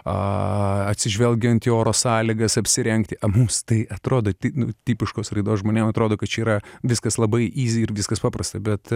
a atsižvelgiant į oro sąlygas apsirengti o mums tai atrodo tik tipiškos raidos žmonėms atrodo kad yra viskas labai yzy ir viskas paprasta bet